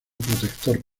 protector